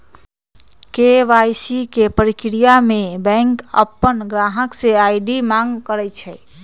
KYC के परक्रिया में बैंक अपन गाहक से आई.डी मांग करई छई